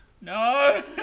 No